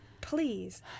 Please